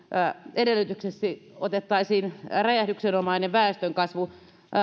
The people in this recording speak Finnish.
edellytykseksi otettaisiin räjähdyksenomainen väestönkasvu